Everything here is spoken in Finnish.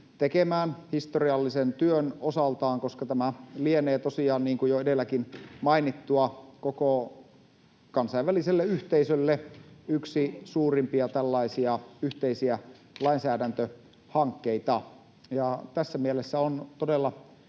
tekemään historiallisen työn osaltaan, koska tämä lienee tosiaan, niin kuin jo edelläkin mainittua, koko kansainväliselle yhteisölle yksi suurimpia tällaisia yhteisiä lainsäädäntöhankkeita. Tässä mielessä on todella